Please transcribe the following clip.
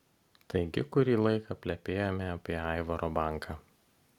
taigi kurį laiką plepėjome apie aivaro banką